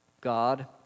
God